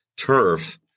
Turf